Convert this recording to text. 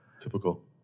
Typical